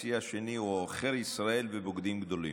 החצי השני הוא עוכר ישראל ובוגדים גדולים.